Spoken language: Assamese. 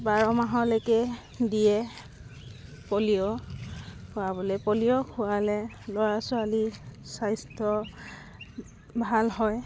বাৰমাহলৈকে দিয়ে পলিঅ' খোৱাবলৈ পলিঅ' খোৱালে ল'ৰা ছোৱালী স্বাস্থ্য ভাল হয়